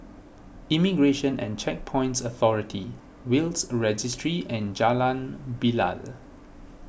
Immigration and Checkpoints Authority Will's Registry and Jalan Bilal